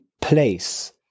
place